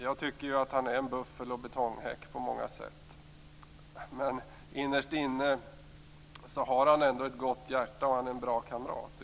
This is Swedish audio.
Jag tycker att han är en buffel och betonghäck på många sätt, men innerst inne har han ändå ett gott hjärta, och han är en bra kamrat.